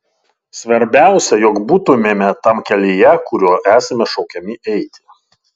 svarbiausia jog būtumėme tam kelyje kuriuo esame šaukiami eiti